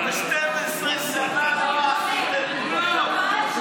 אבל 12 שנה לא עשיתם כלום.